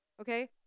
okay